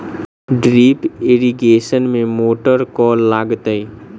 Drip irrigation मे motor केँ लागतै?